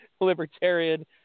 libertarian